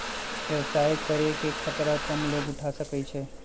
व्यवसाय करे के खतरा कम लोग उठा सकै छै